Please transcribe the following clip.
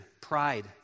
pride